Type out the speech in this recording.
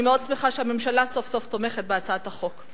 אני מאוד שמחה שהממשלה סוף-סוף תומכת בהצעת החוק.